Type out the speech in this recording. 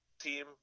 team